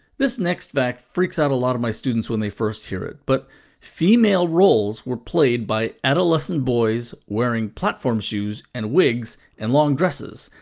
this next fact freaks out a lot of my students when they first hear it, but female roles were played, by adolescent boys wearing platform shoes and wigs and long dresses,